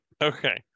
Okay